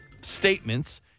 statements